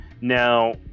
now